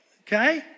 okay